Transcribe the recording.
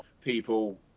people